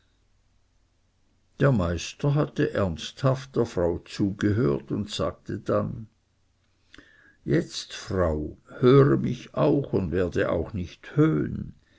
der meister hatte ernsthaft der frau zugehört und sagte dann jetzt frau höre mich auch und werde auch nicht höhn